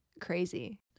crazy